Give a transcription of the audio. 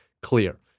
clear